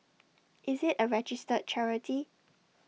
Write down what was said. is IT A registered charity